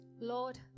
Lord